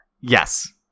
Yes